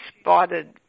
spotted